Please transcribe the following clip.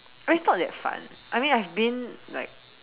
it's not that fun I mean I've been like